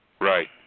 Right